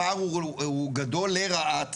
הפער הוא גדול לרעת